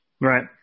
Right